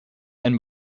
and